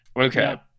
Okay